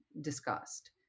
discussed